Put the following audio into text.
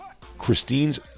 Christine's